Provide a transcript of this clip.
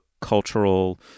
cultural